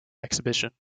exhibition